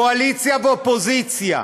קואליציה ואופוזיציה,